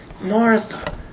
Martha